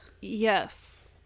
Yes